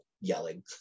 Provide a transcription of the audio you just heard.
yelling